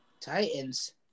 Titans